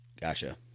Gotcha